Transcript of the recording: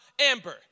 Amber